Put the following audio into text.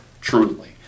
truly